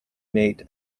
mate